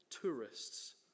tourists